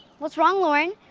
what's wrong, lauren?